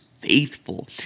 faithful